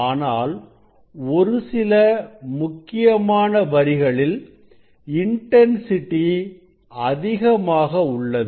ஆனால் ஒரு சில முக்கியமான வரிகளில் இன்டன்சிட்டி அதிகமாக உள்ளது